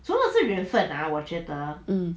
um